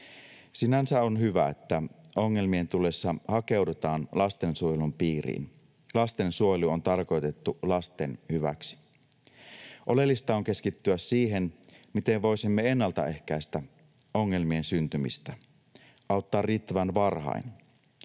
Sinänsä on hyvä, että ongelmien tullessa hakeudutaan lastensuojelun piiriin — lastensuojelu on tarkoitettu lasten hyväksi. Oleellista on keskittyä siihen, miten voisimme ennalta ehkäistä ongelmien syntymistä, auttaa riittävän varhain.